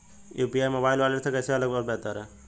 UPI mobile wallet से कैसे अलग और बेहतर है?